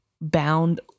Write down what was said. bound